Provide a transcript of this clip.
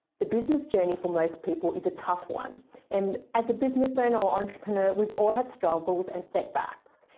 the business journey for most people is a tough one and as a business owner or entrepreneur, we've all had struggles and setbacks.